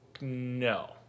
No